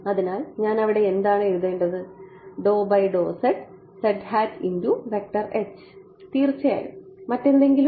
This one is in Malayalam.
അതിനാൽ ഞാൻ അവിടെ എന്താണ് എഴുതേണ്ടത് തീർച്ചയായും മറ്റെന്തെങ്കിലും